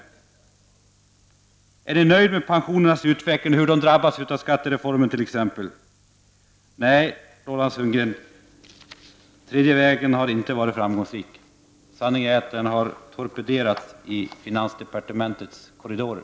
Är Roland Sundgren nöjd med utvecklingen av pensionerna och hur de drabbas av skattereformen? Nej, Roland Sundgren, tredje vägen har inte varit framgångsrik. Sanningen är att den har torpederats i finansdepartementets korridorer.